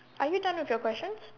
are you done with your question